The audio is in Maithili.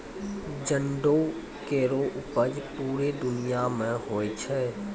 जंडो केरो उपज पूरे दुनिया म होय छै